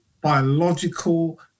biological